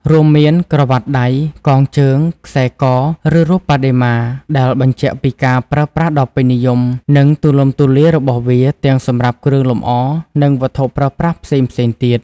រួមមាន ក្រវ៉ាត់ដៃ កងជើង ខ្សែ ក ឬរូបបដិមា ដែលបញ្ជាក់ពីការប្រើប្រាស់ដ៏ពេញនិយម និងទូលំទូលាយរបស់វាទាំងសម្រាប់គ្រឿងលម្អ និងវត្ថុប្រើប្រាស់ផ្សេងៗទៀត។